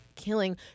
killing